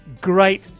Great